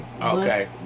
Okay